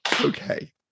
Okay